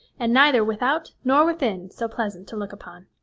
and neither without nor within so pleasant to look upon.